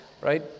right